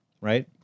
right